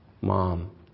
mom